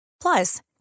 Plus